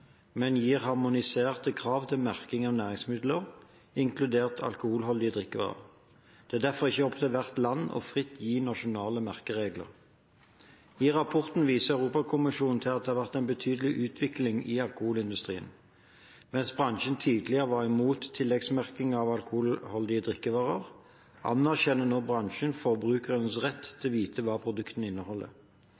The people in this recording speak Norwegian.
til merking av næringsmidler, inkludert alkoholholdige drikkevarer. Det er derfor ikke opp til hvert land fritt å gi nasjonale merkeregler. I rapporten viser Europakommisjonen til at det har vært en betydelig utvikling i alkoholindustrien. Mens bransjen tidligere var imot tilleggsmerking av alkoholdige drikkevarer, anerkjenner nå bransjen forbrukernes rett til